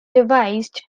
devised